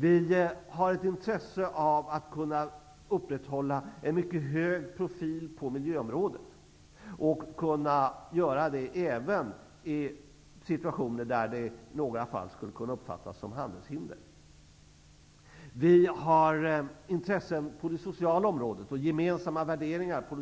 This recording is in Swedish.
Vi har ett intresse av att kunna upprätthålla en mycket hög profil på miljöområdet och även av att kunna göra det i situationer -- i några fall -- där det skulle kunna uppfattas som handelshinder. Vi har gemensamma intressen och värderingar på det